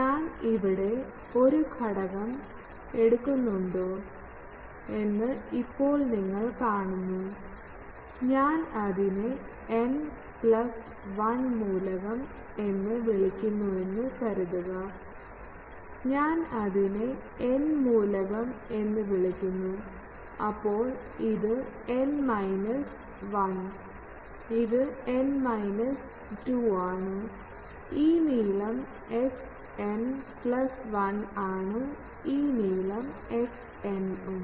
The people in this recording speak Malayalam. ഞാൻ ഇവിടെ ഒരു ഘടകം എടുക്കുന്നുണ്ടോ എന്ന് ഇപ്പോൾ നിങ്ങൾ കാണുന്നു ഞാൻ അതിനെ n പ്ലസ് 1 മൂലകം എന്ന് വിളിക്കുന്നുവെന്ന് കരുതുക ഞാൻ അതിനെ n മൂലകം എന്ന് വിളിക്കുന്നു അപ്പോൾ ഇത് n മൈനസ് 1 ഇത് n മൈനസ് 2 ആണ് ഈ നീളം xn 1 ഉം ആണ് ഈ നീളം xn ഉം